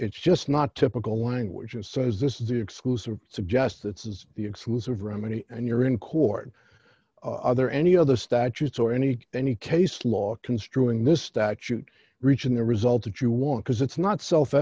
it's just not typical language and says this is the exclusive suggests that since the exclusive remedy and you're in court are there any other statutes or any any case law construing this statute reach in the result that you want because it's not self